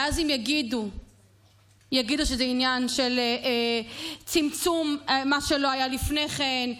ואז הם יגידו שזה עניין של צמצום מה שלא היה לפני כן,